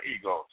egos